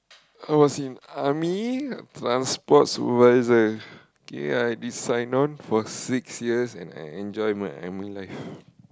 I was in army I'm sports supervisor okay I did sign on for six years and I enjoy my army life